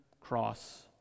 cross